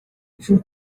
sus